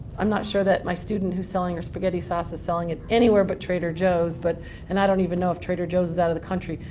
i'm not sure that my student who's selling her spaghetti sauce is selling it anywhere but trader joe's, but and i don't even know if trader joe's is out of the country.